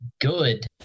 good